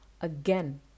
again